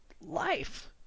life